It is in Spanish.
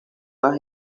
las